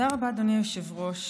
תודה רבה, אדוני היושב-ראש.